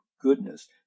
goodness